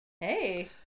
Hey